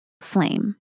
flame